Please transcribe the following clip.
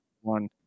one